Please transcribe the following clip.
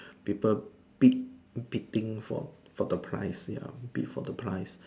people bid bidding for for the price ya for the price